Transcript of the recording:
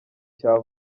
cya